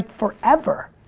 forever.